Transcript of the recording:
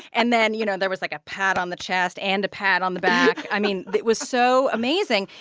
and then, you know, there was, like, a pat on the chest and a pat on the back. i mean, it was so amazing.